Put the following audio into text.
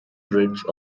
ridge